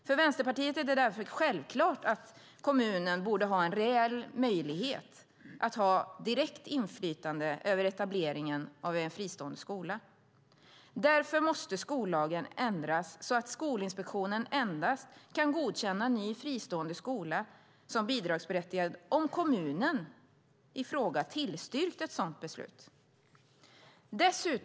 För Vänsterpartiet är det därför självklart att kommunen borde ha en reell möjlighet att ha direkt inflytande över etableringen av en fristående skola. Därför måste skollagen ändras så att Skolinspektionen kan godkänna en ny fristående skola som bidragsberättigad endast om kommunen i fråga tillstyrkt ett sådant beslut.